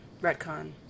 Retcon